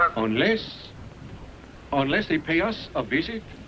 unless unless they pay us a visit,